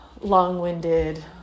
long-winded